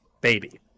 Baby